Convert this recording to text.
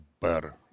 better